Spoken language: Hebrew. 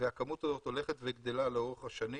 והכמות הזאת הולכת וגדלה לאורך השנים.